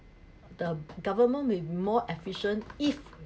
the government maybe more efficient if